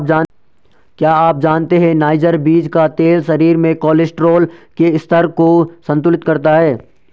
क्या आप जानते है नाइजर बीज का तेल शरीर में कोलेस्ट्रॉल के स्तर को संतुलित करता है?